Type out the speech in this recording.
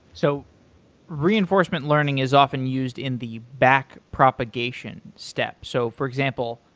so reinforcement learning is often used in the back propagation step. so for example,